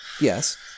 Yes